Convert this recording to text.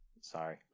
Sorry